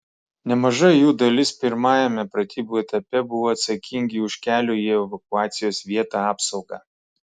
nemaža jų dalis pirmajame pratybų etape buvo atsakingi už kelio į evakuacijos vietą apsaugą